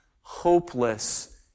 hopeless